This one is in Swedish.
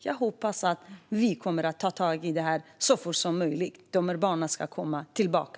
Jag hoppas att vi kommer att ta tag i detta så fort som möjligt. De här barnen ska komma tillbaka.